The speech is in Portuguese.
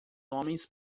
homens